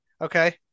Okay